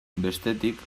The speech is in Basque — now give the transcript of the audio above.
bestetik